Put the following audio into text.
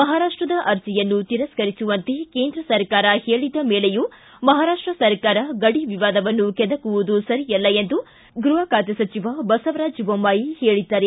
ಮಹಾರಾಷ್ಟದ ಅರ್ಜಿಯನ್ನು ತಿರಸ್ಕರಿಸುವಂತೆ ಕೇಂದ್ರ ಸರ್ಕಾರ ಹೇಳಿದ ಮೇಲೆಯೂ ಮಹಾರಾಷ್ಟ ಸರ್ಕಾರ ಗಡಿ ವಿವಾದವನ್ನು ಕೆದಕುವುದು ಸರಿಯಲ್ಲ ಎಂದು ಗೃಹ ಖಾತೆ ಸಚಿವ ಬಸವರಾಜ ಬೊಮ್ಮಾಯಿ ಹೇಳಿದ್ದಾರೆ